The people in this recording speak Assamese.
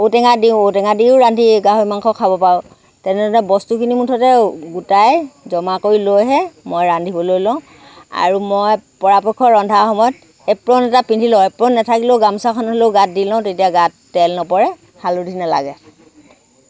ঔ টেঙা দিও ঔ টেঙা দিও ৰান্ধি গাহৰি মাংস খাব পাৰোঁ তেনেদৰে বস্তুখিনি মুঠতে গোটাই জমা কৰি লৈহে মই ৰান্ধিবলৈ লওঁ আৰু মই পৰাপক্ষত ৰন্ধা সময়ত এপ্ৰ'ন এটা পিন্ধি লওঁ এপ্ৰ'ন নেথাকিলেও গামোচাখন হ'লেও গাত দি লওঁ তেতিয়া অগত তেল নপৰে হালধি নেলাগে